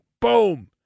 Boom